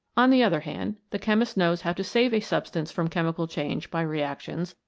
on the other hand, the chemist knows how to save a substance from chemical change by reactions,